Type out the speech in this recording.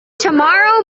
tomorrow